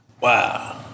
wow